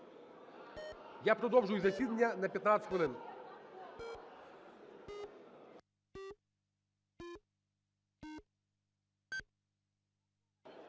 Я продовжую засідання на 15 хвилин.